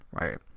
right